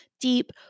deep